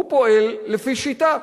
הוא פועל לפי שיטה.